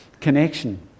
connection